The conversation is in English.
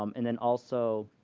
um and then also